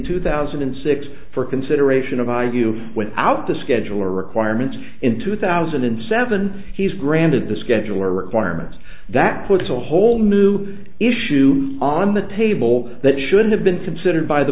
two thousand and six for consideration of eye view without the scheduler requirements in two thousand and seven he's granted the scheduler requirements that puts a whole new issue on the table that should have been considered by the